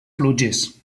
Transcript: pluges